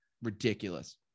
ridiculous